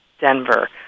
Denver